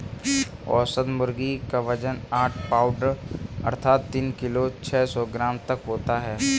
औसत मुर्गी क वजन आठ पाउण्ड अर्थात तीन किलो छः सौ ग्राम तक होता है